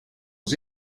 aux